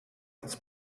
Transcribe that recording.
its